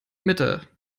mitte